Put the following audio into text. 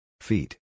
Feet